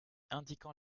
indiquant